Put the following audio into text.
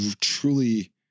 truly